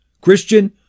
Christian